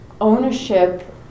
ownership